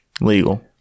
Legal